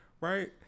right